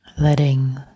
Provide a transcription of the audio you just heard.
letting